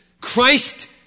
Christ